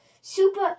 super